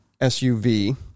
SUV